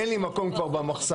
אין לי מקום כבר במחסן.